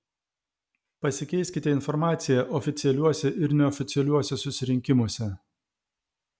pasikeiskite informacija oficialiuose ir neoficialiuose susirinkimuose